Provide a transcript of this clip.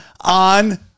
on